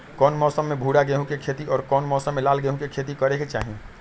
कौन मौसम में भूरा गेहूं के खेती और कौन मौसम मे लाल गेंहू के खेती करे के चाहि?